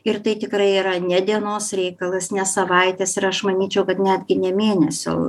ir tai tikrai yra ne dienos reikalas ne savaitės ir aš manyčiau kad netgi ne mėnesio